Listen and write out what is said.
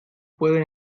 pueden